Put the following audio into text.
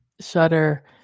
Shudder